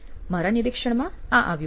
મારા નિરીક્ષણમાં આ આવ્યું છે